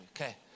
Okay